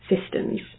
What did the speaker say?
systems